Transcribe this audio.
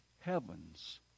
heaven's